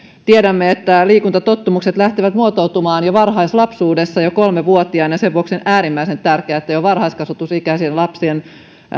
tiedämme että liikuntatottumukset lähtevät muotoutumaan jo varhaislapsuudessa jo kolmevuotiaana ja sen vuoksi on äärimmäisen tärkeää että jo varhaiskasvatusikäisien lapsien